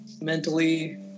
mentally